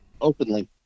openly